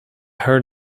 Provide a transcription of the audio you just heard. heard